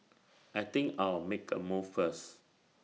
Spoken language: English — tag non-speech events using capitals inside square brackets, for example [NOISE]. [NOISE] I think I'll make A move first